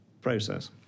process